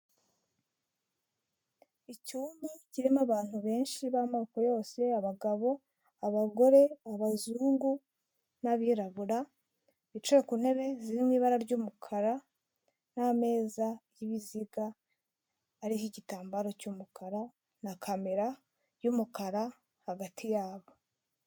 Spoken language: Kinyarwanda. Icyumba kirimo abantu benshi b'amoko yose abagabo, abagore, abazungu n'abirabura bicaye ku ntebe zirimo ibara ry'umukara n'ameza y'ibiziga, ariho igitambaro cy'umukara na kamera y'umukara hagati yabo.